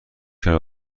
کرد